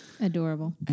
Adorable